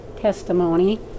Testimony